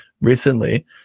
Recently